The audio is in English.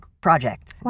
project